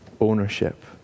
ownership